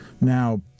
Now